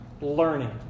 learning